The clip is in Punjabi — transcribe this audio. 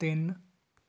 ਤਿੰਨ